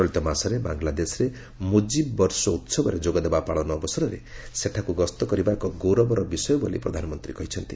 ଚଳିତମାସରେ ବାଂଲାଦେଶରେ ମୁଜିବ୍ ବର୍ଷୋ ଉହବରେ ଯୋଗଦେବା ପାଳନ ଅବସରରେ ସେଠାକୁ ଗସ୍ତ କରିବା ଏକ ଗୌରବର ବିଷୟ ବୋଲି ପ୍ରଧାନମନ୍ତ୍ରୀ କହିଛନ୍ତି